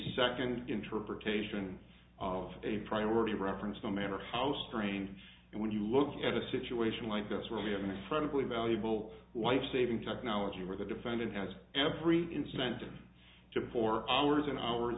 second interpretation of a priority reference no matter how strange and when you look at a situation like this where we have a nice friendly valuable life saving technology where the defendant has every incentive to be for hours and hours